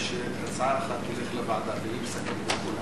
אחת להעביר לוועדה, גם של חבר הכנסת מולה.